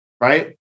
Right